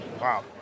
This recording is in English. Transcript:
Wow